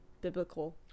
biblical